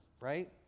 right